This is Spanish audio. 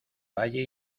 valle